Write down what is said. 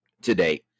today